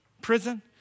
Prison